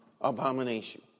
abomination